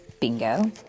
Bingo